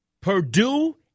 Purdue